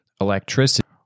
Electricity